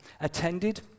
attended